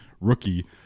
rookie